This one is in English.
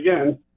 again